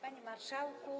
Panie Marszałku!